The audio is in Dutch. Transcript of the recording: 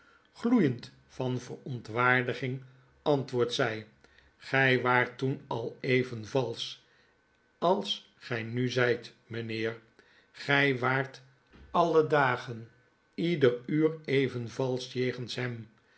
gloeiend van verontwaardiging antwoordt zij gij waart toen al even valsch als gij nu zijt mijnheer gij waart alle dagen ieder uur even valsch jegens hem